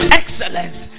excellence